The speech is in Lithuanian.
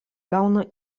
gauna